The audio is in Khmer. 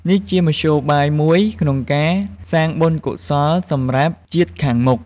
នេះជាមធ្យោបាយមួយក្នុងការសាងបុណ្យកុសលសម្រាប់ជាតិខាងមុខ។